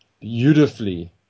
beautifully